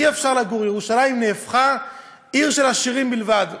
אי-אפשר לגור, ירושלים הפכה לעיר של עשירים בלבד.